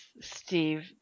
Steve